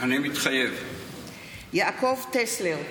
אני מתחייב יעקב טסלר,